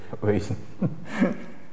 reason